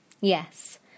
Yes